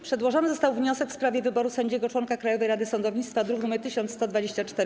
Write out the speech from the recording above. Przedłożony został wniosek w sprawie wyboru sędziego - członka Krajowej Rady Sądownictwa, druk nr 1124.